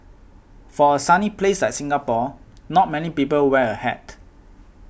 for a sunny place like Singapore not many people wear a hat